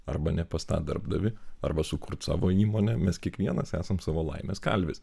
arba ne pas tą darbdavį arba sukurt savo įmonę mes kiekvienas esam savo laimės kalvis